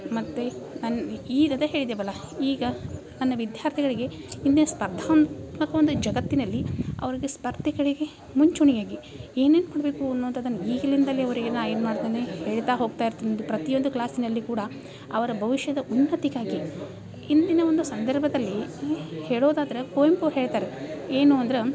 ಮತ್ತು ನನ್ನ ಈಗ ಅದೇ ಹೇಳಿದೆವಲ್ಲ ಈಗ ನನ್ನ ವಿದ್ಯಾರ್ಥಿಗಳಿಗೆ ಇಂದಿನ ಸ್ಪರ್ಧಾತ್ಮಕ ಒಂದು ಜಗತ್ತಿನಲ್ಲಿ ಅವರಿಗೆ ಸ್ಪರ್ಧೆಗಳಿಗೆ ಮುಂಚೂಣಿಯಾಗಿ ಏನೇನು ಮಾಡಬೇಕು ಅನ್ನುವಂಥದನ್ನು ಈಗಲಿಂದಲೇ ಅವರಿಗೆ ನಾ ಏನು ಮಾಡ್ತೀನಿ ಹೇಳ್ತಾ ಹೋಗ್ತಾ ಇರ್ತೀನಿ ಒಂದು ಪ್ರತಿಯೊಂದು ಕ್ಲಾಸಿನಲ್ಲಿ ಕೂಡ ಅವರ ಭವಿಷ್ಯದ ಉನ್ನತಿಗಾಗಿ ಇಂದಿನ ಒಂದು ಸಂದರ್ಭದಲ್ಲಿ ಹೇಳೋದಾದ್ರೆ ಕುವೆಂಪು ಹೇಳ್ತಾರೆ ಏನು ಅಂದ್ರೆ